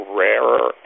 rarer